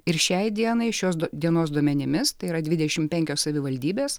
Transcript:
ir šiai dienai šios dienos duomenimis tai yra dvidešimt penkios savivaldybės